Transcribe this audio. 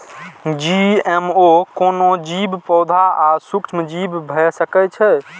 GMO कोनो जीव, पौधा आ सूक्ष्मजीव भए सकै छै